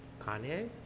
Kanye